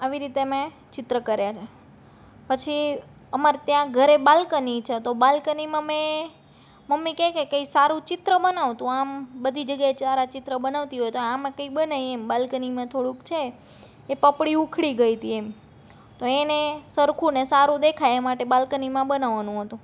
આવી રીતે મેં ચિત્ર કર્યા છે પછી અમાર ત્યાં ઘરે બાલ્કની છે તો બાલ્કનીમાં મેં મમ્મી કે કે કઈ સારું ચિત્ર બનાવ તું આમ બધી જગ્યાએ ચારા ચિત્રો બનાવતી હોય તો આમાં કઈ બનાવ બાલ્કનીમાં થોડુંક છે એ પોપડી ઉખડી ગઈ હતી એમ તો એને સરખું ને સારું દેખાય એ માટે બાલ્કનીમાં બનાવવાનું હતું